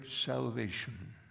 salvation